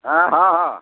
ହଁ ହଁ ହଁ